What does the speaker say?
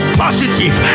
positive